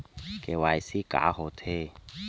KYC का होथे?